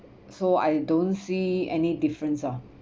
so I don't see any difference ah